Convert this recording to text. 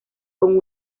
con